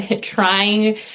trying